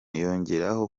yongeraho